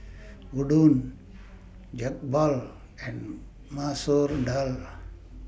Udon Jokbal and Masoor Dal